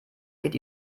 geht